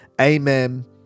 Amen